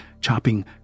chopping